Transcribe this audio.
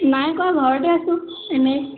নাই কৰা ঘৰতে আছো এনেই